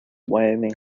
wyoming